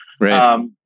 Right